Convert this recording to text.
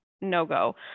no-go